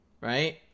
right